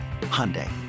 Hyundai